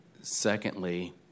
Secondly